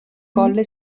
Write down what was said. colle